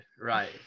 right